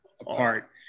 apart